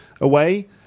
away